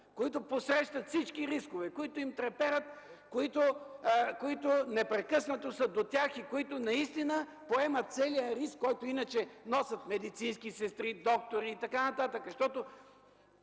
които посрещат всички рискове, които им треперят, които непрекъснато са до тях, и които наистина поемат целия риск, който иначе носят медицински сестри, доктори и други. Защото